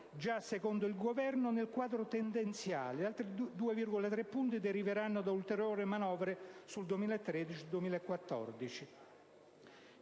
già (secondo il Governo) nel quadro tendenziale; altri 2,3 punti deriveranno da ulteriori manovre sul 2013-2014.